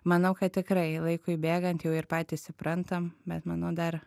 manau kad tikrai laikui bėgant jau ir patys suprantam bet manau dar